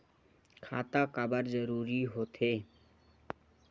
खाता काबर जरूरी हो थे?